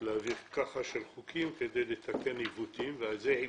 להעביר חוקים כדי לתקן עיוותים, וזה עיוות.